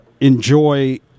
enjoy